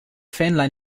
fähnlein